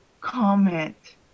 comment